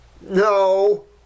No